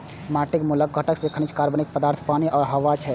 माटिक मूल घटक खनिज, कार्बनिक पदार्थ, पानि आ हवा छियै